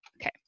Okay